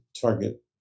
target